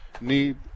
need